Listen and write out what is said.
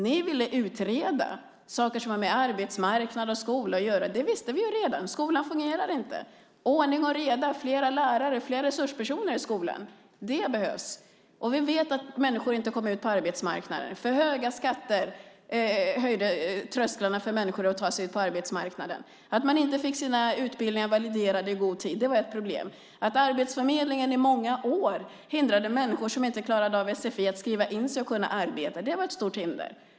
Ni ville utreda saker som har med arbetsmarknad och skola att göra. Det visste vi redan. Skolan fungerar inte. Ordning och reda, fler lärare och fler resurspersoner i skolan behövs. Vi vet att människor inte kom ut på arbetsmarknaden. För höga skatter höjde trösklarna ut på arbetsmarknaden för människor. Att man inte fick sina utbildningar validerade i god tid var ett problem. Att arbetsförmedlingen i många år hindrade människor som inte klarade av sfi från att skriva in sig och kunna arbeta var ett stort hinder.